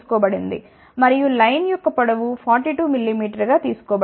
మరియు లైన్ యొక్క పొడవు 42 mmగా తీసుకోబడింది